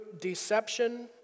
deception